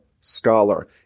scholar